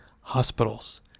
hospitals